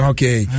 Okay